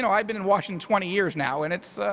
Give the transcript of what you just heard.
so i've been in washington twenty years now and it's.